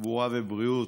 תחבורה ובריאות.